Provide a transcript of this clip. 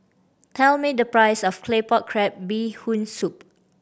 tell me the price of Claypot Crab Bee Hoon Soup